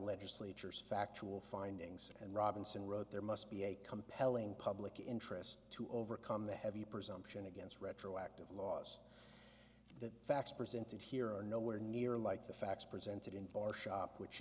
legislature's factual findings and robinson wrote there must be a compelling public interest to overcome the heavy presumption against retroactive laws that the facts presented here are nowhere near like the facts presented in our shop which